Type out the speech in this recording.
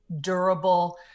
durable